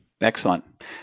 excellent